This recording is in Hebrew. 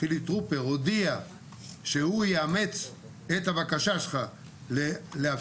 חילי טרופר הודיע שהוא יאמץ את הבקשה שלך לאפשר